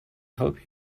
help